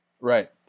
Right